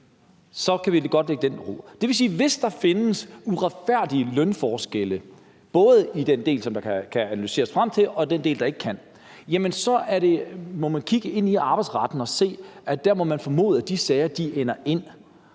så kan vi godt lægge den i bero. Det vil sige, at hvis der findes uretfærdige lønforskelle både i den del, som man kan analysere sig frem til, og den del, man ikke kan, så må man kigge ind i arbejdsretten, for der må man formode at de sager ender,